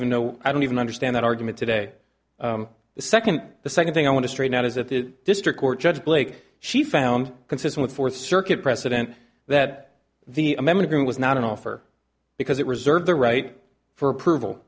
even know i don't even understand that argument today the second the second thing i want to straighten out is that the district court judge blake she found consistent with fourth circuit precedent that the amendment was not an offer because it reserved the right for approval